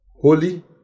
holy